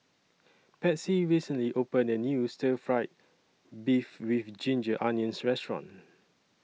Patsy recently opened A New Stir Fry Beef with Ginger Onions Restaurant